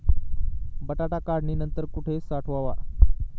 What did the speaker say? बटाटा काढणी नंतर कुठे साठवावा?